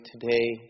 today